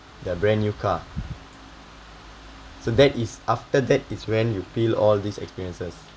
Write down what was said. the brand new car so that is after that is when you feel all these experiences